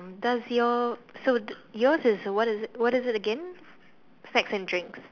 does your so yours is what is what is it again snacks and drinks